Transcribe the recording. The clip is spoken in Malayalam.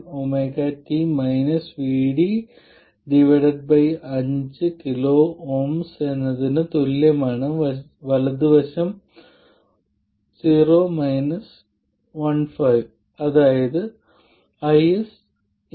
ചെറിയ സിഗ്നൽ ഇൻക്രിമെന്റൽ തത്തുല്യമാണെന്നും നമുക്കറിയാം അതെന്താണ് ഇത് ഒരു റെസിസ്റ്ററാണ്